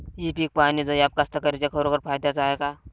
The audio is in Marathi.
इ पीक पहानीचं ॲप कास्तकाराइच्या खरोखर फायद्याचं हाये का?